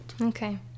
Okay